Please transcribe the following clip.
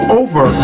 over